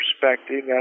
perspective